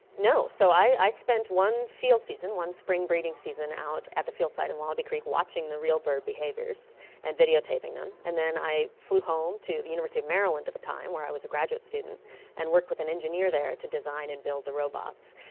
no. so i spent one field season, one spring breeding season out at the field site at wallaby creek watching the real bird behaviours and videotaping them, and then i flew home to the university of maryland at the time where i was a graduate student and worked with an engineer there to design and the robots.